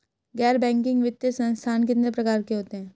गैर बैंकिंग वित्तीय संस्थान कितने प्रकार के होते हैं?